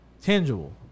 tangible